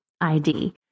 ID